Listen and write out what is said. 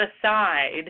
aside